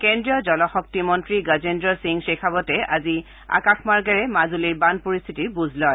কেন্দ্ৰীয় জল শক্তিমন্ত্ৰী গজেন্দ্ৰ সিং শেখাৱটে আজি আকাশ মাৰ্গেৰে মাজুলীৰ বান পৰিস্থিতিৰ বুজ লয়